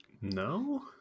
No